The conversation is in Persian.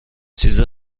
چیز